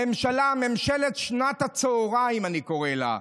הממשלה, "ממשלת שנת הצהריים", אני קורא לה.